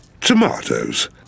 Tomatoes